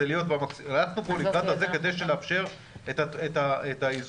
הלכנו פה לקראתם כדי לאפשר את האיזון,